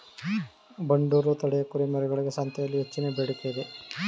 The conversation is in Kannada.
ಬಂಡೂರು ತಳಿಯ ಕುರಿಮರಿಗಳಿಗೆ ಸಂತೆಯಲ್ಲಿ ಹೆಚ್ಚಿನ ಬೇಡಿಕೆ ಇದೆ